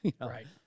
Right